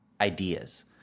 ideas